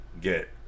get